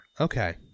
Okay